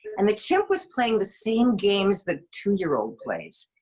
and the chimp was playing the same games the two year old plays.